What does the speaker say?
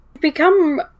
become